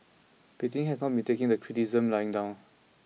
Beijing has not been taking the criticisms lying down